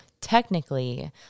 technically